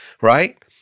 right